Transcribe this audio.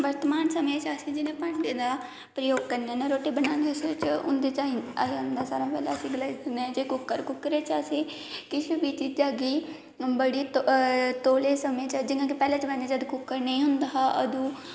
बर्तमान समें च असें जिन्हे भांडे दा प्रयोग करने ना रोटी बनाने आस्तै उंदे च आई जंदा सारे कोला पैहलें कुकर कुकरे च आसेंगी किश बी चीजा गी बड़ी तौले समें च जियां कि पैहले समें च कुकर नेईं होंदे हा अदूं